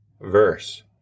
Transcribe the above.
verse